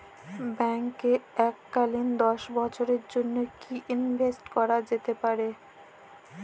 ব্যাঙ্কে এককালীন দশ বছরের জন্য কি ইনভেস্ট করা যেতে পারে?